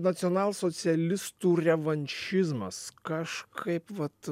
nacionalsocialistų revanšizmas kažkaip vat